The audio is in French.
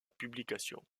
publication